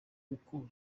kuko